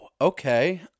Okay